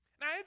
Now